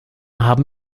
haben